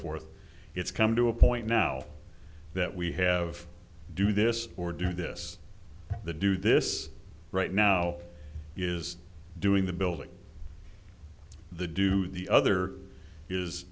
forth it's come to a point now that we have to do this or do this the do this right now is doing the building the do the other is